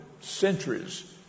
centuries